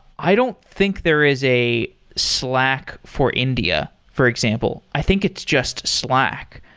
i don't think there is a slack for india, for example. i think it's just slack.